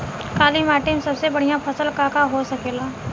काली माटी में सबसे बढ़िया फसल का का हो सकेला?